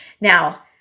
Now